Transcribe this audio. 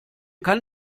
kann